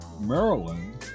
Maryland